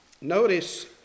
Notice